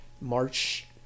March